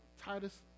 Titus